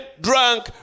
drunk